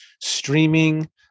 streaming